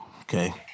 okay